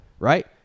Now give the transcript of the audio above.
right